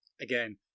again